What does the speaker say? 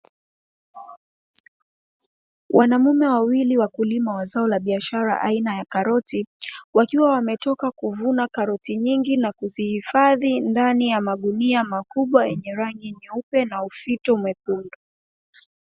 Wanamume wawili wakulima wa zao la biashara aina ya karoti wakiwa wametoka kuvuna karoti nyingi na kuzihifadhi ndani ya magunia makubwa yenye rangi nyeupe na ufito mwekundu.